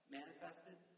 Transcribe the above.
manifested